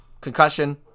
Concussion